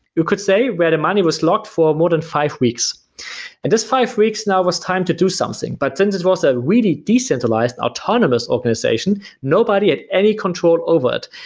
you could say where the money was locked for more than five weeks and this five weeks now was time to do something, but then it was a really decentralized, autonomous organization, nobody had any control over it.